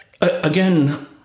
again